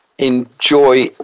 enjoy